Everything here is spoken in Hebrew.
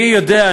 אני יודע,